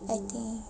I think